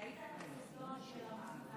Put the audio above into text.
ראית את הסרטון של המעצר?